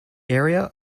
area